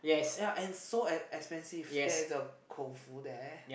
ya and so ex~ expensive there is a KouFu there